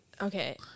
okay